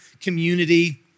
community